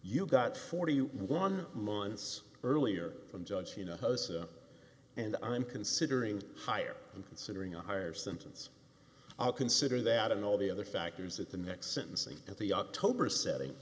you got forty one months earlier from judge you know and i'm considering higher and considering a higher sentence i'll consider that and all the other factors at the next sentencing at the october setting